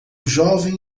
jovem